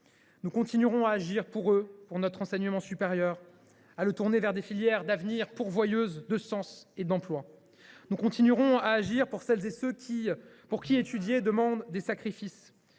Nous continuerons à agir pour eux et pour notre enseignement supérieur, que nous souhaitons orienter vers des filières d’avenir pourvoyeuses de sens et d’emplois. Nous continuerons à agir en faveur de celles et de ceux pour qui étudier demande des sacrifices